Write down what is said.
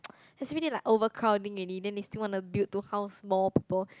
it's really like overcrowding already then they still want to build to house more people